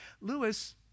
Lewis